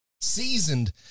seasoned